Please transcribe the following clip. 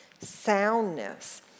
soundness